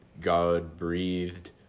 God-breathed